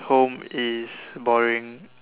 home is boring